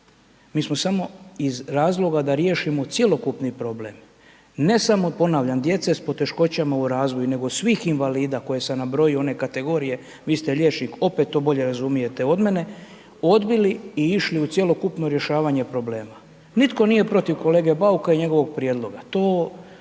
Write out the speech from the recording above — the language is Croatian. Mi smo samo iz razloga da riješimo cjelokupni problem ne samo ponavljam djece sa poteškoćama u razvoju nego svih invalida, one kategorije, vi ste liječnik, opet to bolje razumijete od mene, odbili i išli u cjelokupno rješavanje problema, nitko nije protiv kolege Bauka i njegovog prijedloga jer